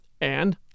And